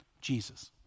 Jesus